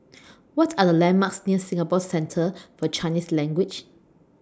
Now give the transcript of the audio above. What Are The landmarks near Singapore Centre For Chinese Language